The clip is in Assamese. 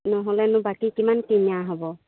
নহ'লেনো বাকী কিমান কিনা হ'ব